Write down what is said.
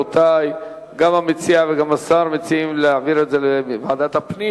גם המציע וגם השר מציעים להעביר את הנושא לוועדת הפנים.